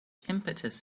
impetus